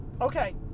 Okay